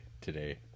today